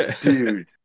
Dude